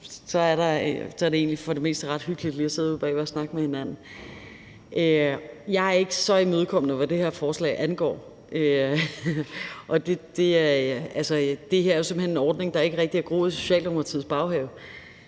egentlig for det meste ret hyggeligt lige at sidde ude bagved og snakke med hinanden. Jeg er ikke så imødekommende, hvad det her forslag angår. Det her er jo simpelt hen en ordning, der ikke rigtig er groet i Socialdemokratiets baghave,